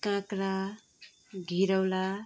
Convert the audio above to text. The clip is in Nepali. काँक्रा घिरौला